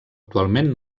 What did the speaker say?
actualment